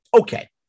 okay